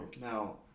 now